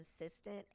consistent